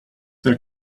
their